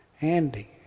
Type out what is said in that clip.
Andy